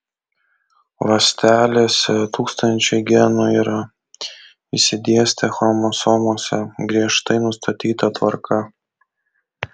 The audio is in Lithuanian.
ląstelėse tūkstančiai genų yra išsidėstę chromosomose griežtai nustatyta tvarka